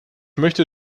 möchte